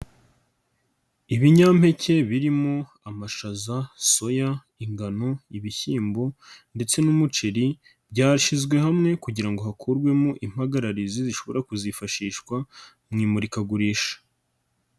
Ibinyampeke birimo amashaza, soya, ingano, ibishyimbo ndetse n'umuceri byashyizwe hamwe kugira ngo hakurwemo impagararizi zishobora kuzifashishwa mu imurikagurisha.